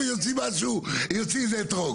אני חושב שזה יותר מידי.